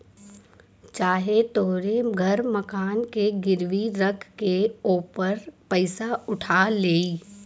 चाहे तोहरे घर मकान के गिरवी रख के ओपर पइसा उठा लेई